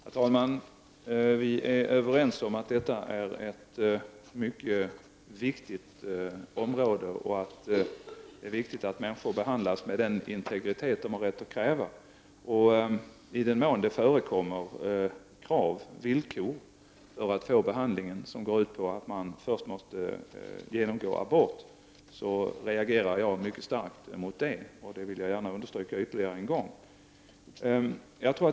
Herr talman! Vi är överens om att detta är ett mycket viktigt område och att det är viktigt att människor behandlas med den integritet som de har rätt att kräva. I den mån det förekommer villkor för att få behandling, vilka går ut på att man först måste genomgå abort, reagerar jag mycket starkt, något som jag än en gång starkt vill understryka.